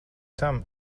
tam